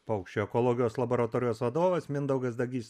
paukščių ekologijos laboratorijos vadovas mindaugas dagys